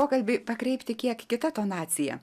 pokalbį pakreipti kiek kita tonacija